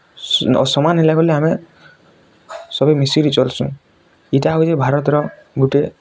ସମାନ ହେଲା ବୋଲି ଆମେ ସବୁ ମିଶିକି ଚଲୁସୁଁ ଏଇଟା ହଉଚି ଭାରତର ଗୋଟେ